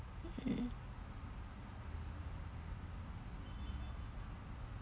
mm